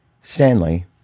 Stanley